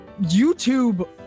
YouTube